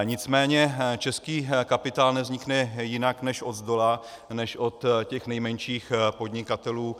Nicméně český kapitál nevznikne jinak než odzdola, než od těch nejmenších podnikatelů.